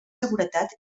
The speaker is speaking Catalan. seguretat